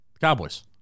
Cowboys